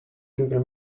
google